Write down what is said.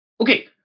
okay